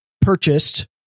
purchased